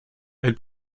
elle